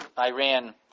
Iran